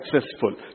successful